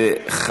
אדוני.